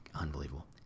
unbelievable